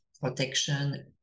protection